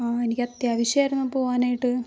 എനിക്കത്യാവിശ്യമായിരുന്നു പോവാനായിട്ട്